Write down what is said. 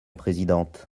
présidente